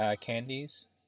candies